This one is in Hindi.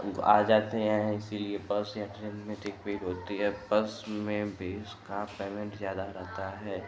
आ जाते हैं इसलिए बस या ट्रेन में अधिक भीड़ होतीं है बस में भी उसका पेमेंट ज़्यादा रहता है